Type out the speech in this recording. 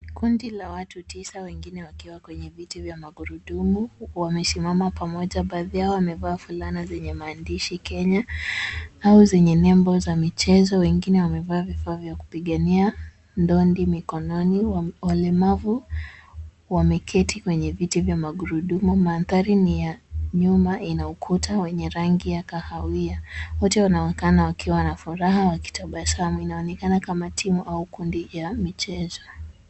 Kundi la watu tisa, wengine wakiwa kwenye viti vya magurudumu, wamesimama pamoja. Baadhi yao wamevaa fulana zenye maandishi Kenya au zenye nembo za michezo. Wengine wamevaa vifaa vya kupigania ndondi mikononi. Walemavu wameketi kwenye viti vya magurudumu. Mandhari ni ya nyuma ina ukuta wenye rangi ya kahawia. Wote wanaonekana wakiwa na furaha wakitabasamu. Inaonekana kama timu au kundi ya michezo.